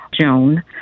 joan